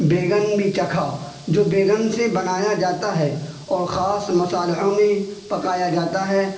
بیگن بھی چکھا جو بیگن سے بنایا جاتا ہے اور خاص مصالحوں میں پکایا جاتا ہے